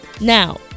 Now